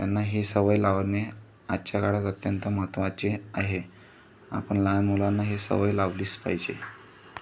त्यांना हे सवय लावणे आजच्या काळात अत्यंत महत्त्वाचे आहे आपण लहान मुलांना हे सवय लावलीच पाहिजे